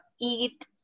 eat